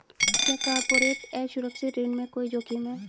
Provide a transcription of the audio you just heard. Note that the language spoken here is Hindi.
क्या कॉर्पोरेट असुरक्षित ऋण में कोई जोखिम है?